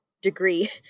degree